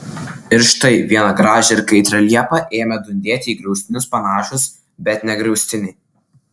ir štai vieną gražią ir kaitrią liepą ėmė dundėti į griaustinius panašūs bet ne griaustiniai